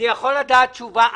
יכול לדעת תשובה?